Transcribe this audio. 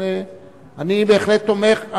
אני בהחלט תומך,